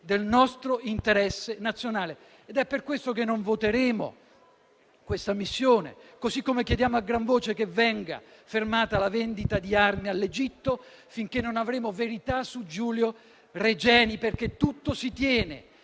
del nostro interesse nazionale ed è per questo che non voteremo il rifinanziamento di questa missione, così come chiediamo a gran voce che venga fermata la vendita di armi all'Egitto, finché non avremo verità su Giulio Regeni, perché tutto si tiene.